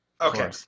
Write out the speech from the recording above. Okay